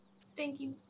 stinky